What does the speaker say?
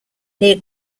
near